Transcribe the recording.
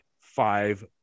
five